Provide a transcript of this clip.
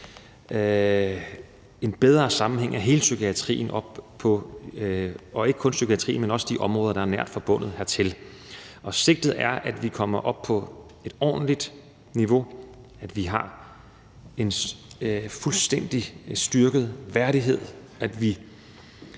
en bedre sammenhæng af hele psykiatrien op, og ikke kun psykiatrien, men også de områder, der er nært forbundet hertil. Sigtet er, at vi kommer op på et ordentligt niveau, at vi har en fuldstændig styrket værdighed, at vi,